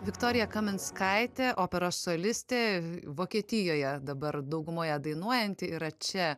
viktorija kaminskaitė operos solistė vokietijoje dabar daugumoje dainuojanti yra čia